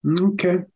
Okay